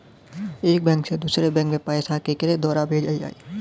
एक बैंक से दूसरे बैंक मे पैसा केकरे द्वारा भेजल जाई?